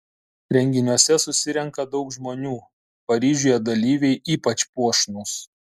renginiuose susirenka daug žmonių paryžiuje dalyviai ypač puošnūs